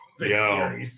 Yo